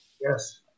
Yes